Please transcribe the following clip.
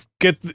get